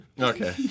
Okay